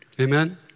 Amen